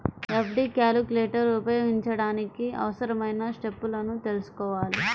FD calculator ఉపయోగించడానికి అవసరమైన స్టెప్పులను తెల్సుకోవాలి